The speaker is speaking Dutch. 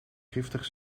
giftig